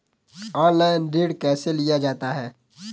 Online ऋण कैसे लिया जाता है?